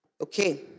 Okay